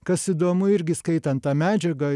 kas įdomu irgi skaitant tą medžiagą